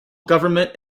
government